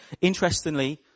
Interestingly